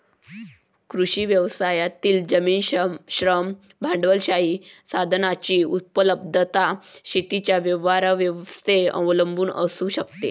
कृषी व्यवस्थेतील जमीन, श्रम, भांडवलशाही संसाधनांची उपलब्धता शेतीच्या व्यवस्थेवर अवलंबून असू शकते